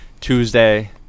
Tuesday